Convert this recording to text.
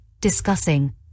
discussing